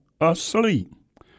asleep